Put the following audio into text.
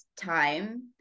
time